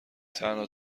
تنها